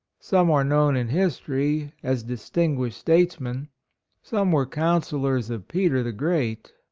some are known in history, as dis tinguished statesmen some were councillors of peter, the great